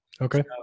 Okay